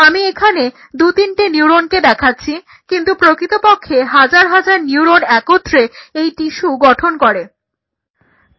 আমি এখানে দুতিনটে নিউরনকে দেখাচ্ছি কিন্তু প্রকৃতপক্ষে হাজার হাজার নিউরন একত্রে এই টিস্যু গঠন করে